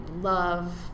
love